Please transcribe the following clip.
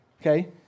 Okay